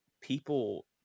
People